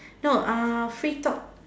no uh free talk